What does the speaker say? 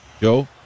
Joe